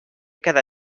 cada